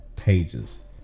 Pages